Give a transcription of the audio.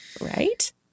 Right